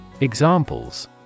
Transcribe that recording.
Examples